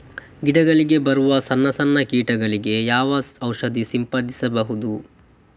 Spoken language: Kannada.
ಗಿಡಗಳಿಗೆ ಬರುವ ಸಣ್ಣ ಸಣ್ಣ ಕೀಟಗಳಿಗೆ ಯಾವ ಔಷಧ ಸಿಂಪಡಿಸಬೇಕು?